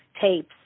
tapes